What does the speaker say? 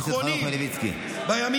חבר הכנסת חנוך מלביצקי, בבקשה.